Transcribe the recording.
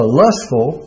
lustful